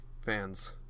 fans